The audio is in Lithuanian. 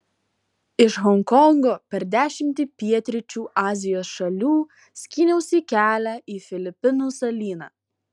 iš honkongo per dešimtį pietryčių azijos šalių skyniausi kelią į filipinų salyną